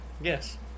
Yes